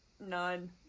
none